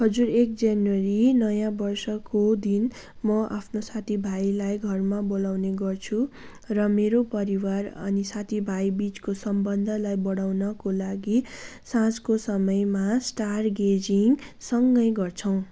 हजुर एक जनवरी नयाँ वर्षको दिन म आफ्नो साथीभाइलाई घरमा बोलाउने गर्छु र मेरो परिवार अनि साथीभाइ बिचको सम्बन्धलाई बढाउनको लागि साँझको समयमा स्टारगेजिङ सँगै गर्छौँ